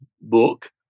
book